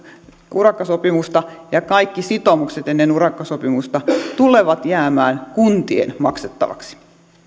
urakkasopimusta ja kaikki sitoumukset ennen urakkasopimusta tulevat jäämään kuntien maksettavaksi